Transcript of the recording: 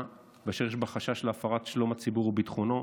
ואשר יש בה חשש להפרת שלום הציבור וביטחונו.